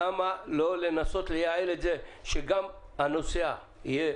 למה לא לנסות לייעל את זה שגם הנוסע יהיה